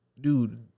dude